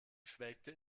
schwelgte